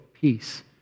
peace